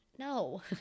No